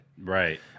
Right